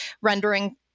rendering